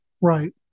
Right